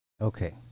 Okay